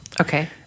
Okay